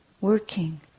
working